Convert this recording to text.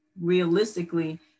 Realistically